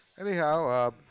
Anyhow